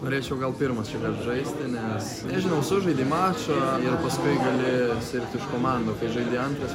norėčiau gal pirmas šįkart žaisti nes žinau sužaidei mačą ir paskui gali sirgti už komandą o kai žaidi antras